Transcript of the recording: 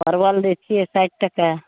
परवल दैत छियै साठि टके